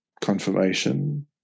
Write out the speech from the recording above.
confirmation